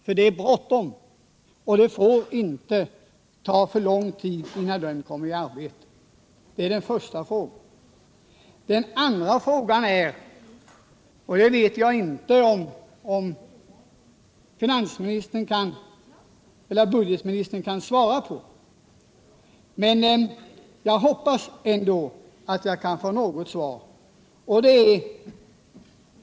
Men det är bråttom, och det får således inte ta alltför lång tid innan den utredningen kommer i arbete! Den andra frågan vet jag inte om budgetministern kan svara på, men 9” jag hoppas ändå att jag kan få något svar.